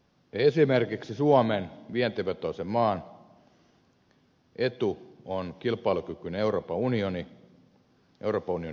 esimerkiksi suomen vientivetoisen maan etu on kilpailukykyinen euroopan unioni euroopan unionin markkinat